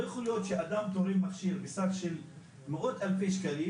לא יכול להיות שאדם תורם מכשיר בסך של מאות אלפי שקלים